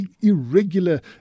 irregular